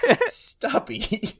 Stubby